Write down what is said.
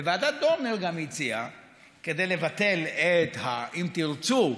וועדת דורנר גם, כדי לבטל את, אם תרצו,